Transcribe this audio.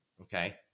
okay